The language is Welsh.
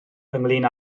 ynglŷn